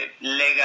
legal